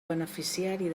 beneficiari